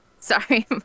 Sorry